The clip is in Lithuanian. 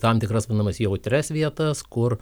tam tikras menamas jautrias vietas kur